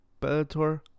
Bellator